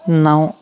نَو